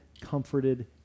comforted